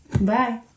Bye